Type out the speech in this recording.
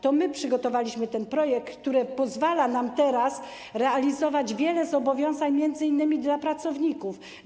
To my przygotowaliśmy projekt, który pozwala nam teraz realizować wiele zobowiązań m.in. wobec pracowników.